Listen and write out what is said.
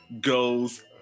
goes